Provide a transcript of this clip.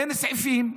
אין סעיפים,